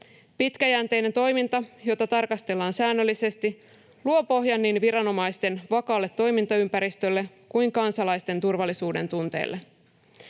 Pitkäjänteinen toiminta, jota tarkastellaan säännöllisesti, luo pohjan niin viranomaisten vakaalle toimintaympäristölle kuin kansalaisten turvallisuudentunteelle.